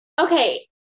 Okay